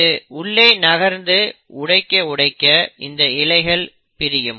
இது உள்ளே நகர்ந்து உடைக்க உடைக்க இந்த இழைகள் பிரியும்